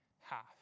half